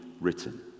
written